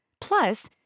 Plus